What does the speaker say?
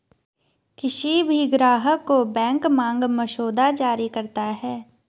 किसी भी ग्राहक को बैंक मांग मसौदा जारी करता है